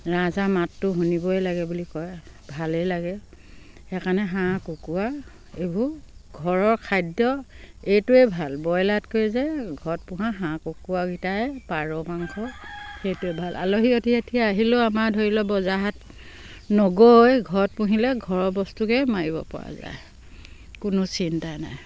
ৰাজহাঁহৰ মাতটো শুনিবই লাগে বুলি কয় ভালেই লাগে সেইকাৰণে হাঁহ কুকুৰা এইবোৰ ঘৰৰ খাদ্য এইটোৱে ভাল ব্ৰইলাৰতকৈ যে ঘৰত পোহা হাঁহ কুকুৰাকেইটাই পাৰ মাংস সেইটোৱে ভাল আলহী অতিথি আহিলেও আমাৰ ধৰি লওক বজাৰ হাট নগৈ ঘৰত পুহিলে ঘৰৰ বস্তুকে মাৰিব পৰা যায় কোনো চিন্তা নাই